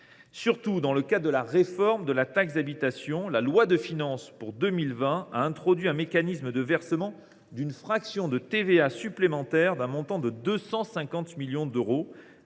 Surtout, dans le cadre de la réforme de la taxe d’habitation, la loi de finances pour 2020 a introduit un mécanisme de versement d’une fraction de TVA supplémentaire, d’un montant de 250 millions d’euros,